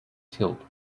tilt